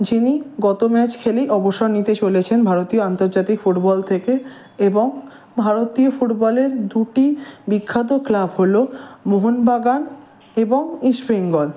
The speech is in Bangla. যিনি গত ম্যাচ খেলেই অবসর নিতে চলেছেন ভারতীয় আন্তর্জাতিক ফুটবল থেকে এবং ভারতীয় ফুটবলের দুটি বিখ্যাত ক্লাব হলো মোহনবাগান এবং ইস্টবেঙ্গল